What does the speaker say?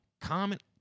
comment